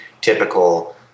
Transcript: typical